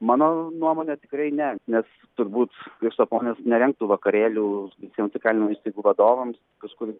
mano nuomone tikrai ne nes turbūt krištaponis nerengtų vakarėlių visiems įkalinimo įstaigų vadovams kažkur